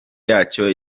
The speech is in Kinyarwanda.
yacyo